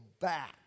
back